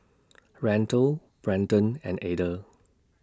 Randle Branden and Ada